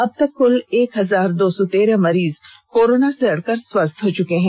अबतक कल एक हजार दो सौ तेरह मरीज कोरोना से लड़कर स्वस्थ हो चुके हैं